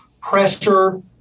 pressure